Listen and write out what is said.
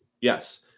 Yes